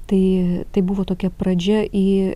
tai tai buvo tokia pradžia į